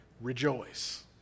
rejoice